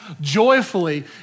joyfully